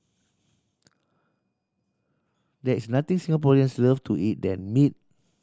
there is nothing Singaporeans love to eat than meat